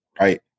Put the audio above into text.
right